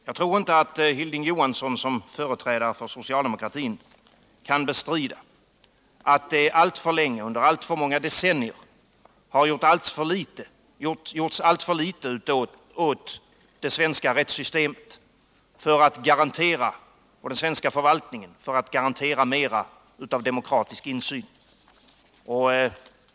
Jag tror inte att Hilding Johansson som företrädare för socialdemokratin kan bestrida att det alltför länge, under alltför många decennier, har gjorts alltför litet åt det svenska rättssystemet och den svenska förvaltningen för att garantera mer av demokratisk insyn.